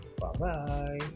bye-bye